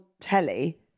telly